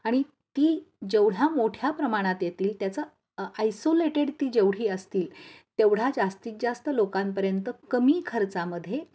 आणि ती जेवढ्या मोठ्या प्रमाणात येतील त्याचा आयसोलेटेड ती जेवढी असतील तेवढा जास्तीत जास्त लोकांपर्यंत कमी खर्चामध्ये